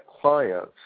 clients